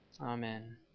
Amen